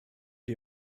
die